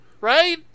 right